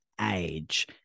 age